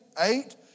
Eight